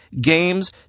games